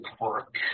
work